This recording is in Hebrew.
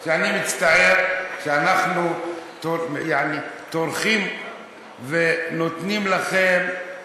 שאני מצטער שאנחנו טורחים ונותנים לכם